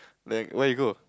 like where you go